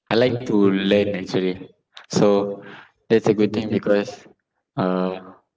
I like to learn actually so that's a good thing because uh